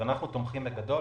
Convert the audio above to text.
אנחנו תומכים, בגדול.